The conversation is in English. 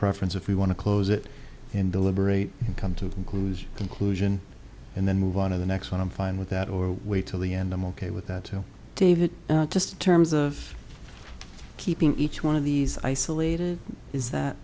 preference if we want to close it in deliberate and come to conclusion conclusion and then move on to the next one i'm fine with that or wait till the end i'm ok with that david just in terms of keeping each one of these isolated is that